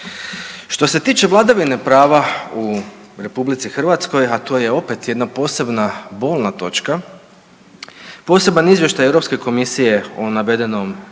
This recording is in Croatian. Što se tiče vladavine prava u RH, a to je opet jedna posebna bolna točka, poseban izvještaj Europske komisije o navedenom,